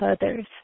others